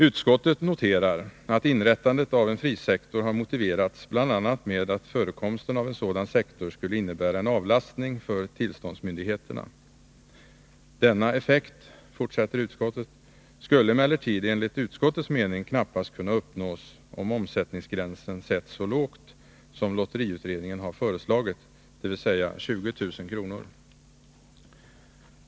Utskottet noterar att inrättandet av en frisektor har motiverats bl.a. med att förekomsten av en sådan sektor skulle innebära en avlastning för tillståndsmyndigheterna. Denna effekt — fortsätter utskottet — skulle emellertid enligt utskottets mening knappast kunna uppnås om omsättningsgränsen sätts så lågt som lotteriutredningen har föreslagit, dvs. 20000 kr.